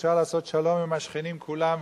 אפשר לעשות שלום עם השכנים כולם,